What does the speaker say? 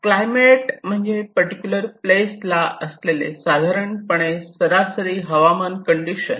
climate म्हणजे particular place ला असलेले साधारणपणे सरासरी हवामान कंडिशन